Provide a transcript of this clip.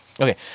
Okay